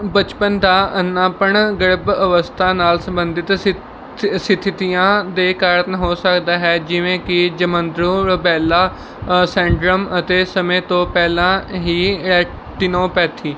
ਬਚਪਨ ਦਾ ਅੰਨ੍ਹਾਪਣ ਗਰਭ ਅਵਸਥਾ ਨਾਲ ਸੰਬੰਧਿਤ ਸਿਥ ਸ ਸਥਿਤੀਆਂ ਦੇ ਕਾਰਨ ਹੋ ਸਕਦਾ ਹੈ ਜਿਵੇਂ ਕਿ ਜਮਾਂਦਰੂ ਰੁਬੈਲਾ ਸੈਂਡਰਮ ਅਤੇ ਸਮੇਂ ਤੋਂ ਪਹਿਲਾਂ ਹੀ ਰੈਟਨੋਪੈਥੀ